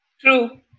True